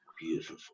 beautiful